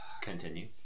continue